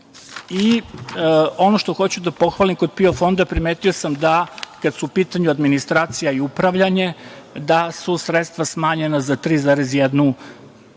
što hoću da pohvalim kod PIO fonda, primetio sam da su, kada su u pitanju administracija i upravljanje, sredstva smanjena za 3,1